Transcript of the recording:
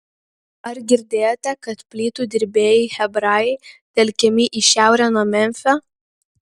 ar girdėjote kad plytų dirbėjai hebrajai telkiami į šiaurę nuo memfio